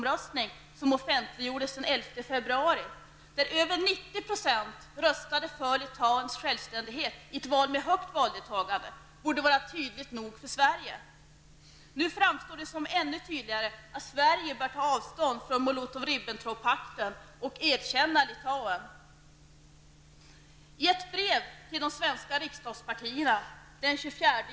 röstade för Litauens självständighet i ett val med högt valdeltagande, borde vara tydligt nog för Sverige. Nu framstår det som ännu tydligare att Sverige bör ta avstånd från Molotov--Ribbentroppakten och erkänna Litauen.